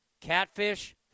Catfish